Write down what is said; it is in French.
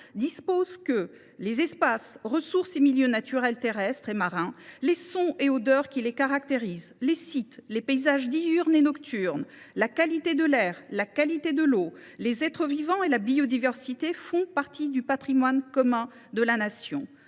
dispose :« Les espaces, ressources et milieux naturels terrestres et marins, les sons et odeurs qui les caractérisent, les sites, les paysages diurnes et nocturnes, la qualité de l’air, la qualité de l’eau, les êtres vivants et la biodiversité font partie du patrimoine commun de la Nation.